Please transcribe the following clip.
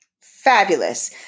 Fabulous